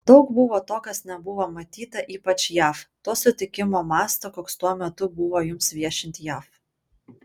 daug buvo to kas nebuvo matyta ypač jav to sutikimo masto koks tuo metu buvo jums viešint jav